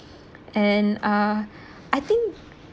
and uh I think